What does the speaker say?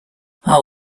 how